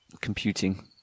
Computing